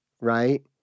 right